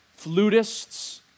flutists